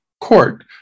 Court